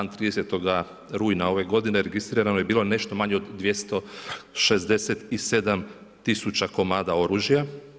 Na dan 30. rujna ove godine registrirano je bilo nešto manje od 267 tisuća komada oružja.